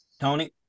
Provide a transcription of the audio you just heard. Tony